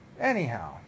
Anyhow